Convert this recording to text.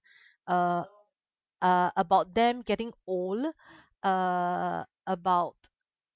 uh about them getting old uh about